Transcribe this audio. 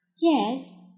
Yes